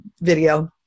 video